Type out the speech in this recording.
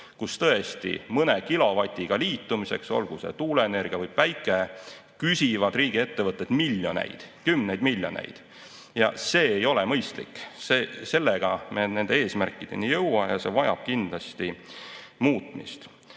kus tõesti mõne kilovatiga liitumiseks, olgu see tuuleenergia või päike, küsivad riigiettevõtted miljoneid, kümneid miljoneid. Ja see ei ole mõistlik. Sellega me nende eesmärkideni ei jõua, see vajab kindlasti muutmist.